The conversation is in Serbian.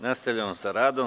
Nastavljamo sa radom.